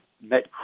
met